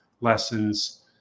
lessons